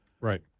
right